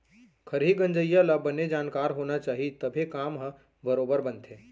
खरही गंजइया ल बने जानकार होना चाही तभे काम ह बरोबर बनथे